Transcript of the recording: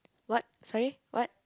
what sorry what